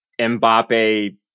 Mbappe